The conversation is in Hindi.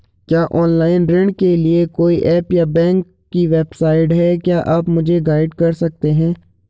क्या ऑनलाइन ऋण के लिए कोई ऐप या बैंक की वेबसाइट है क्या आप मुझे गाइड कर सकते हैं?